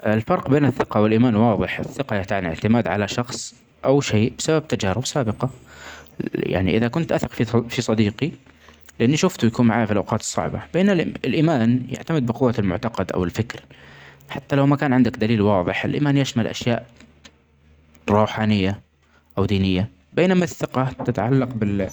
ا الفرق بين الثقه والايمان هو واضح. الثقه تعني اعتماد علي شخص او شئ بسبب تجارب سابقه ال_ يعني اذا كنت اثق في صديقي اني شفته يكون معيا في الاوقات الصعبه, بينما الايمان يعتمد بقوة المعتقد او الفكر حتي لو ما كان عندك دليل واضح الايمان يشمل الشياء روحانيه او دينيه بينما الثقه تتعلق بال_.